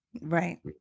right